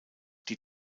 die